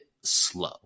slow